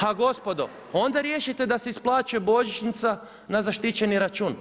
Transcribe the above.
Ha gospodo, onda riješite da se isplaćuje božićnica na zaštićeni račun.